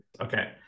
Okay